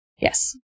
Yes